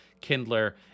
Kindler